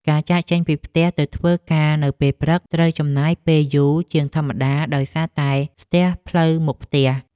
ការចាកចេញពីផ្ទះទៅធ្វើការនៅពេលព្រឹកត្រូវចំណាយពេលយូរជាងធម្មតាដោយសារតែស្ទះផ្លូវមុខផ្ទះ។